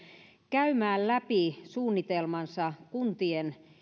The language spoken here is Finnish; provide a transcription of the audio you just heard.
käymään läpi suunnitelmansa kuntien